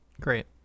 Great